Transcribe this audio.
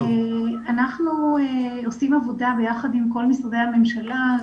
אנחנו עושים עבודה ביחד עם כל משרדי הממשלה,